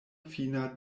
fina